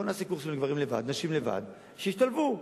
בוא נעשה קורסים לגברים לבד, נשים לבד, שישתלבו.